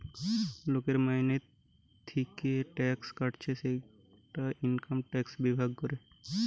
লোকের মাইনে থিকে ট্যাক্স কাটছে সেটা ইনকাম ট্যাক্স বিভাগ করে